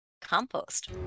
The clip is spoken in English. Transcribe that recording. Compost